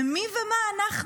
ומי ומה אנחנו?